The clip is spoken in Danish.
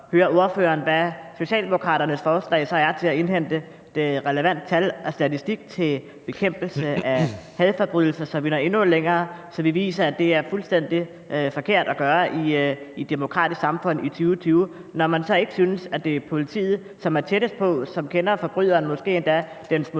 høre ordføreren, hvad Socialdemokraternes forslag er til at indhente relevante tal og relevant statistik til bekæmpelse af hadforbrydelser, så vi når endnu længere, og så vi viser, at det er fuldstændig forkert i et demokratisk samfund i 2020, når man nu ikke synes, at det er politiet, som er tættest på, og som kender forbryderen og måske endda